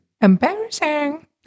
Embarrassing